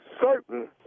certain